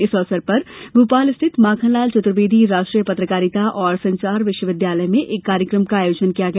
इस अवसर पर भोपाल स्थित माखनलाल चतुर्वेदी राष्ट्रीय पत्रकारिता एवं संचार विश्वविद्यालय में एक कार्यक्रम का आयोजन किया गया